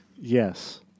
Yes